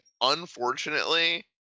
unfortunately